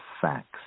facts